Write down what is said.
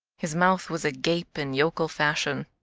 his mouth was agape in yokel fashion.